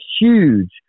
huge